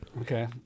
Okay